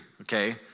okay